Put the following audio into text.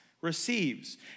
receives